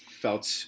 felt